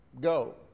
Go